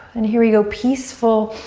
and here we go. peaceful,